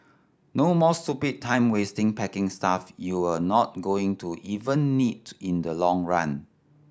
no more stupid time wasting packing stuff you're not going to even need in the long run